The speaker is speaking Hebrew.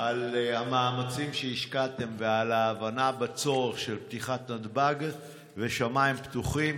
על המאמצים שהשקעתם ועל הבנת הצורך של פתיחת נתב"ג ושמיים פתוחים.